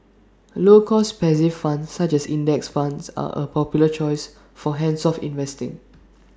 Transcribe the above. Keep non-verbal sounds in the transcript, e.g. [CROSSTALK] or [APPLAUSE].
low cost passive funds such as index funds are A popular choice for hands off investing [NOISE]